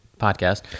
podcast